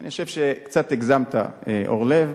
אני חושב שקצת הגזמת, אורלב.